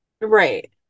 right